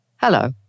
Hello